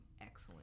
excellent